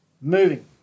moving